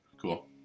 Cool